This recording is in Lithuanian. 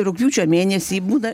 rugpjūčio mėnesį būna